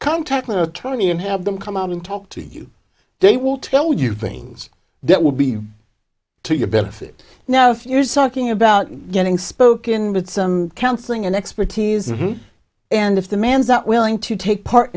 contact an attorney and have them come out and talk to you they will tell you things that would be to your benefit now if you're talking about getting spoken with some counseling and expertise and if the man's out willing to take part